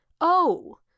Oh